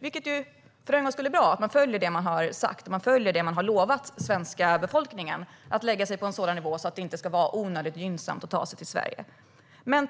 Det är bra att man för en gångs skull följer det man har sagt och lovat den svenska befolkningen, att lägga sig på en sådan nivå att det inte ska vara onödigt gynnsamt att ta sig till Sverige. Men